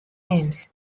aims